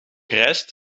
rijst